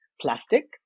plastic